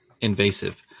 invasive